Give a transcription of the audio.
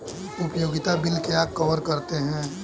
उपयोगिता बिल क्या कवर करते हैं?